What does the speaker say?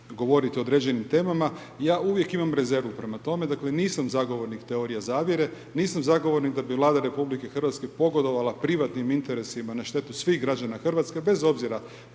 govorite o određenim temama. Ja uvijek imam rezervu prema tome. Dakle, nisam zagovornik teorije zavjere, nisam zagovornik da bi Vlada RH pogodovala privatnim interesima na štetu svih građana Hrvatske bez obzira